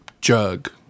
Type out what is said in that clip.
jug